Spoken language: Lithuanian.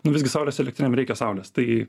nu visgi saulės elektrinėm reikia saulės tai